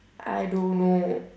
I don't know